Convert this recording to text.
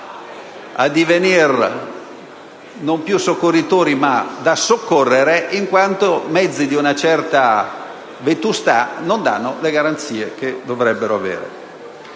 di divenire noi non più i soccorritori ma quelli da soccorrere, in quanto mezzi di una certa vetustà non danno le garanzie che dovrebbero dare.